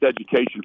education